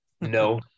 no